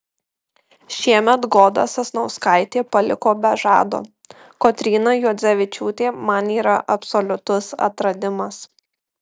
šiemet goda sasnauskaitė paliko be žado kotryna juodzevičiūtė man yra absoliutus atradimas